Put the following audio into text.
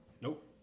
Nope